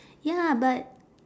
ya but